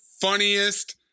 funniest